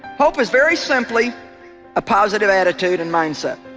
hope is very simply a positive attitude and mindset